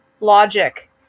logic